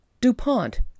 DuPont